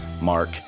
mark